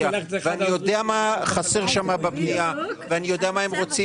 אני יודע מה חסר שם בבנייה ואני יודע מה הם רוצים.